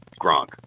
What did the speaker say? Gronk